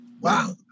Wow